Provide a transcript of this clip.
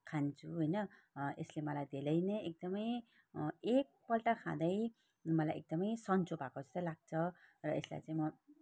खान्छु होइन यसले मलाई धेरै नै एकदमै एकपल्ट खाँदै मलाई एकदमै सन्चो भएको जस्तै लाग्छ र यसलाई चाहिँ म